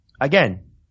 again